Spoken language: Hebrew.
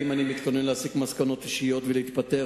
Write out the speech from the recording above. אם אני מתכונן להסיק מסקנות אישיות ולהתפטר,